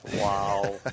Wow